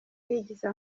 yigiza